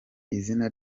izina